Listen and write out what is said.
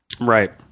Right